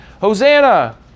Hosanna